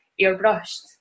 airbrushed